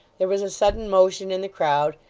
there was a sudden motion in the crowd,